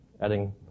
adding